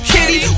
Kitty